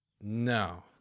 No